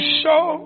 show